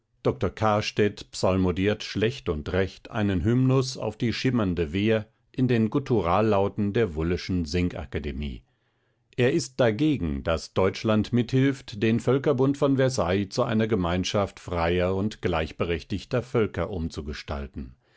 dr kahrstedt psalmodiert schlecht und recht einen hymnus auf die schimmernde wehr in den gutturallauten der wulleschen singakademie er ist dagegen daß deutschland mithilft den völkerbund von versailles zu einer gemeinschaft freier und gleichberechtigter völker umzugestalten